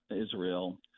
Israel